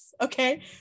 Okay